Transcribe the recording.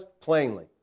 plainly